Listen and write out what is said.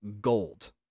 gold